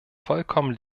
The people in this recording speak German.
vollkommen